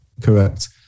Correct